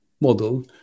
model